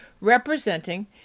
representing